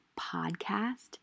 podcast